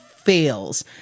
fails